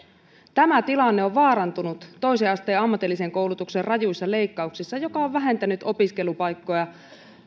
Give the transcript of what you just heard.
tämä tilanne on vaarantunut toisen asteen ammatillisen koulutuksen rajuissa leikkauksissa joka on vähentänyt opiskelupaikkoja